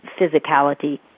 physicality